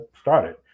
started